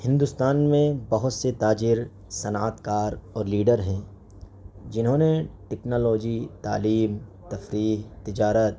ہندوستان میں بہت سے تاجر صنعت کار اور لیڈر ہیں جنہوں نے ٹیکنالوجی تعلیم تفریح تجارت